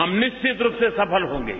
हम निश्चित रूप से सफल होंगे